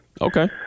Okay